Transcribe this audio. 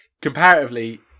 comparatively